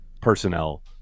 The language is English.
personnel